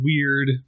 weird